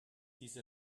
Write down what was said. diese